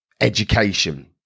education